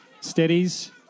Steadies